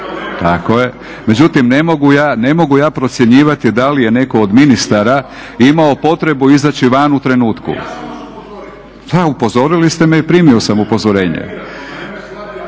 Tako je. Međutim ne mogu ja procjenjivati da li je netko od ministara imao potrebu izaći van u trenutku. …/Upadica: Pa ja sam vas upozorio./…